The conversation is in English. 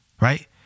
Right